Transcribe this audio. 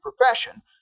profession